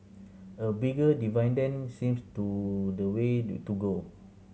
a bigger dividend seems to the way to go